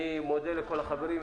אני מודה לכל החברים.